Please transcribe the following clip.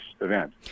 event